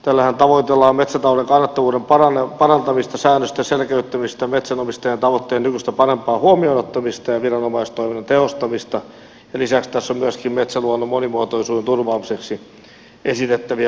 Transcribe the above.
tällähän tavoitellaan metsätalouden kannattavuuden parantamista säännösten selkeyttämistä metsänomistajan tavoitteiden nykyistä parempaa huomioon ottamista ja viranomaistoiminnan tehostamista ja lisäksi tässä on myöskin metsäluonnon monimuotoisuuden turvaamiseksi esitettäviä lakimuutoksia